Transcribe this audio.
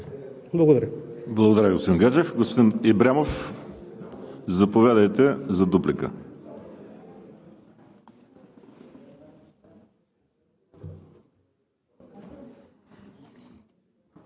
Благодаря Ви, господин Гаджев. Господин Ибрямов, заповядайте за дуплика.